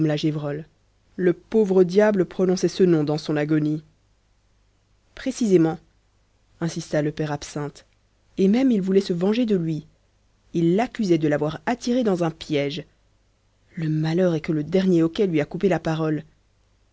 le pauvre diable prononçait ce nom dans son agonie précisément insista le père absinthe et même il voulait se venger de lui il l'accusait de l'avoir attiré dans un piège le malheur est que le dernier hoquet lui a coupé la parole